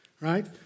right